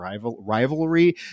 rivalry